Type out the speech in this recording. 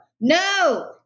no